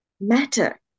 matter